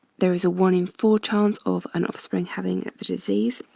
there is a one in four chance of an offspring having the disease.